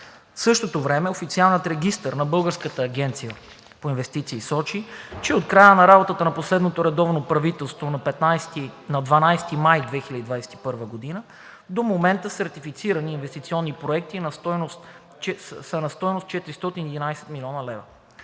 същото време официалният регистър на Българската агенция по инвестиции сочи, че от края на работата на последното редовно правителство на 12 май 2021 г. до момента сертифицираните инвестиционни проекти са на стойност 411 млн. лв.